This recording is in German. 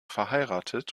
verheiratet